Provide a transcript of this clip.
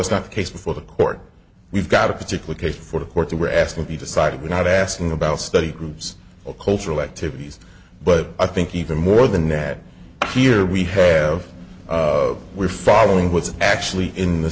was not the case before the court we've got a particular case for the court that we're asking to be decided we're not asking about study groups or cultural activities but i think even more than that here we have we're following what's actually in the